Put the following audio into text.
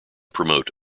promote